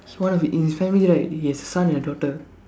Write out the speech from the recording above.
one of hi~ in his family right he has son and a daughter